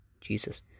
Jesus